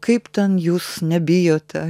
kaip ten jūs nebijote